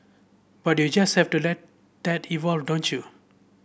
but you just have to let that evolve don't you